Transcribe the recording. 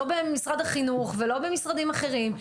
לא במשרד החינוך ולא במשרדים אחרים,